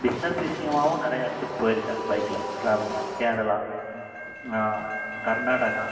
business விஷயமாகவும் நிறையா இடத்துக்கு போயிருக்கேன் பைக்ல ட்ராவல் கேரளா கர்நாடகா